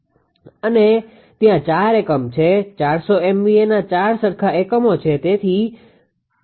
અને ત્યાં 4 એકમ છે 400 MVAના 4 સરખા એકમો છે